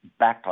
backlash